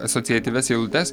asociatyvias eilutes